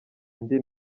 undi